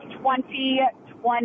2020